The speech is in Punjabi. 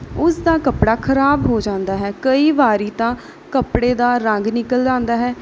ਉਸਦਾ ਕੱਪੜਾ ਖਰਾਬ ਹੋ ਜਾਂਦਾ ਹੈ ਕਈ ਵਾਰੀ ਤਾਂ ਕੱਪੜੇ ਦਾ ਰੰਗ ਨਿਕਲ ਜਾਂਦਾ ਹੈ